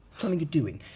something you're doing.